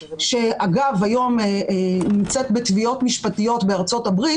שאגב היום נמצאת בתביעות משפטיות בארצות הברית